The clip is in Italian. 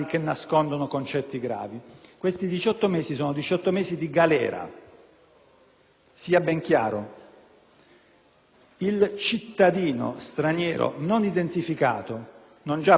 Sia ben chiaro! Il cittadino straniero non identificato, non già per sua resistenza, ma ad esempio perché non c'è collaborazione da parte dello Stato